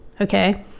Okay